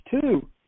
Two